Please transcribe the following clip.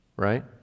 Right